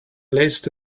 list